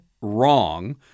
wrong